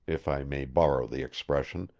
if i may borrow the expression,